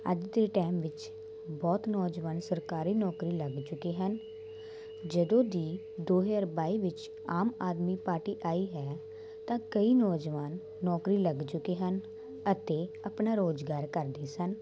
ਅੱਜ ਦੇ ਟਾਈਮ ਵਿੱਚ ਬਹੁਤ ਨੌਜਵਾਨ ਸਰਕਾਰੀ ਨੌਕਰੀ ਲੱਗ ਚੁੱਕੇ ਹਨ ਜਦੋਂ ਦੀ ਦੋ ਹਜ਼ਾਰ ਬਾਈ ਵਿੱਚ ਆਮ ਆਦਮੀ ਪਾਰਟੀ ਆਈ ਹੈ ਤਾਂ ਕਈ ਨੌਜਵਾਨ ਨੌਕਰੀ ਲੱਗ ਚੁੱਕੇ ਹਨ ਅਤੇ ਆਪਣਾ ਰੋਜ਼ਗਾਰ ਕਰਦੇ ਸਨ